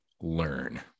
learn